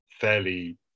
fairly